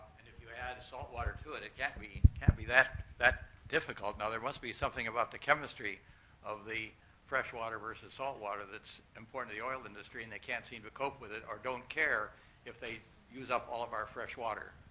and if you add salt water to it, it can't be it can't be that that difficult. now, there must be something about the chemistry of the fresh water versus salt water that's important to the oil industry, and they can't seem to cope with it, or don't care if they use up all of our fresh water.